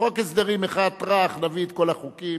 חוק הסדרים אחד, טראח, נביא את כל החוקים.